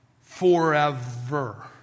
forever